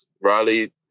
Riley